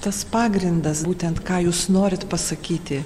tas pagrindas būtent ką jūs norit pasakyti